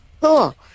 Cool